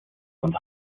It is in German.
und